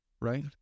Right